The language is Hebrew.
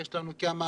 יש לנו כמה